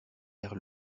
vers